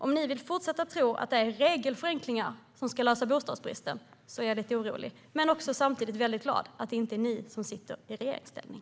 Om ni vill fortsätta tro att det är regelförenklingar som ska lösa bostadsbristen är jag lite orolig. Men jag är samtidigt glad att det inte är ni som sitter i regeringsställning.